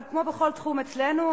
כמו בכל תחום אצלנו,